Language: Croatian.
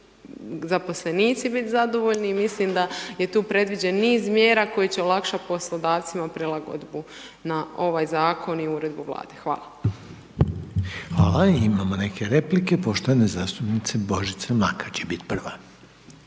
zaposlenici bit zadovoljni i mislim da je tu predviđeno niz mjera koje će olakšati poslodavcima prilagodbu na ovaj zakon i uredbu Vlade. Hvala. **Reiner, Željko (HDZ)** Hvala. Imamo neke replike, poštovane zastupnice Božice Makar će bit prva.